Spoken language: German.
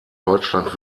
deutschland